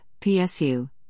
PSU